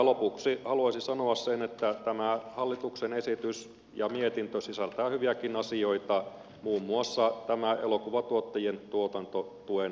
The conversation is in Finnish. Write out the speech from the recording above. lopuksi haluaisin sanoa sen että tämä hallituksen esitys ja mietintö sisältävät hyviäkin asioita muun muassa elokuvatuottajien tuotantotuen säilyttämisen